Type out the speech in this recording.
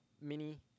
Mini